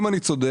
אם אני צודק